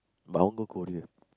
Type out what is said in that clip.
but I want go Korea